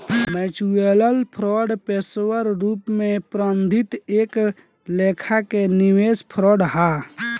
mutual fund पेशेवर रूप से प्रबंधित एक लेखा के निवेश फंड हा